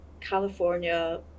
California